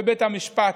בבית המשפט,